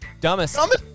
dumbest